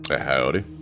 Howdy